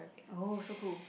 oh so cool